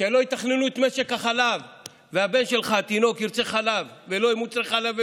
כשלא יתכננו את משק החלב והבן שלך התינוק ירצה חלב ולא יהיו מוצרי חלב,